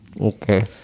Okay